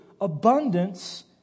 abundance